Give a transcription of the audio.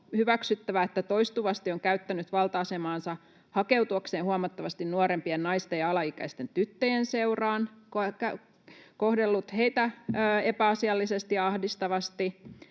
että hän toistuvasti on käyttänyt valta-asemaansa hakeutuakseen huomattavasti nuorempien naisten ja alaikäisten tyttöjen seuraan, kohdellut heitä epäasiallisesti ja ahdistavasti.